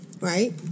Right